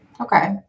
Okay